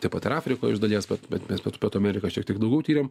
taip pat ir afrikoj iš dalies bet mes pie pietų ameriką šiek tiek daugiau tyrėm